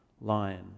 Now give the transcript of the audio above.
lion